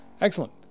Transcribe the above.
Excellent